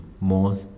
more